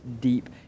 deep